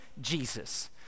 Jesus